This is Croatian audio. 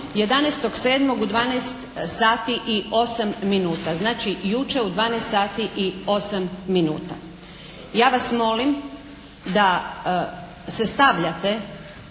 11.7. u 12 sati i 8 minuta. Znači jučer u 12 sati i 8 minuta. Ja vas molim da se stavljate